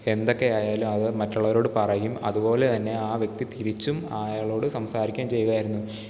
എന്തൊക്കെ ആയാലുമത് മറ്റുള്ളവരോടു പറയും അതുപോലെതന്നെ ആ വ്യക്തി തിരിച്ചും അയാളോടു സംസാരിക്കുകയും ചെയ്യുമായിരുന്നു